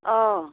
अह